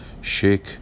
Shake